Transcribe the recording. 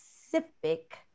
specific